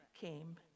came